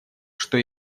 что